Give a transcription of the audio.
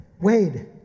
Wade